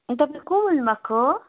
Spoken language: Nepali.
तपाईँ को बोल्नुभएको